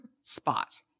spot